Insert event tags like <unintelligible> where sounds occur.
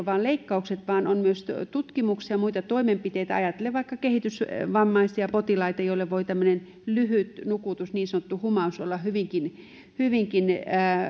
<unintelligible> vain leikkaukset vaan on myös tutkimuksia ja muita toimenpiteitä ajatellen vaikka kehitysvammaisia potilaita joille voi tämmöinen lyhyt nukutus niin sanottu humaus olla hyvinkin hyvinkin